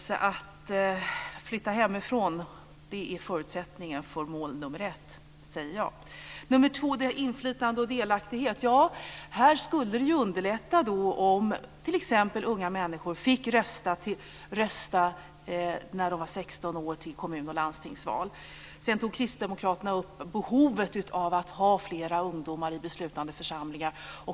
Att man kan flytta hemifrån är förutsättningen för mål nummer ett, säger jag. Mål nummer två handlar om inflytande och delaktighet. Det skulle ju underlätta om t.ex. unga människor skulle få rösta när de är 16 år i kommun och landstingsval. Sedan tog kristdemokraterna upp behovet av att ha flera ungdomar i beslutande församlingar.